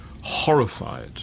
horrified